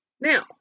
Now